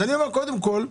אז אני אומר קודם כל,